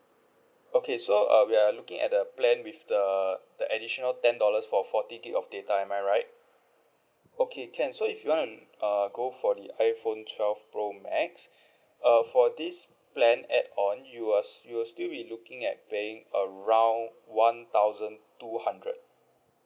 okay so uh we are looking at the plan with the the additional ten dollars for forty gig of data am I right okay can so if you want uh go for the iphone twelve pro max uh for this plan add-on you are you are still be looking at paying around one thousand two hundred